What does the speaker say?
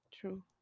True